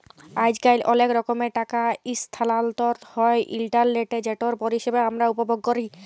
আইজকাল অলেক রকমের টাকা ইসথালাল্তর হ্যয় ইলটারলেটে যেটর পরিষেবা আমরা উপভোগ ক্যরি